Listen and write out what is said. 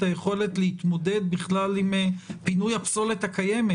היכולת להתמודד בכלל עם פינוי הפסולת הקיימת,